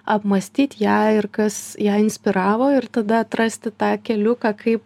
apmąstyt ją ir kas ją inspiravo ir tada atrasti tą keliuką kaip